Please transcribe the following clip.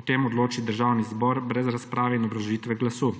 O tem odloči Državni zbor brez razprave in obrazložitve glasu.